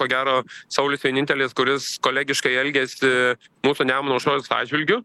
ko gero saulius vienintelis kuris kolegiškai elgėsi mūsų nemuno aušros atžvilgiu